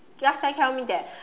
last time tell me that